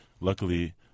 luckily